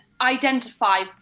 identify